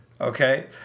okay